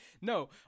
no